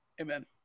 Amen